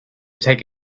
take